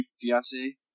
fiance